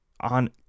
on